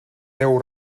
deu